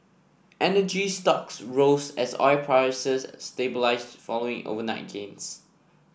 energy stocks rose as oil prices stabilised following overnight gains